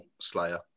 Slayer